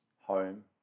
home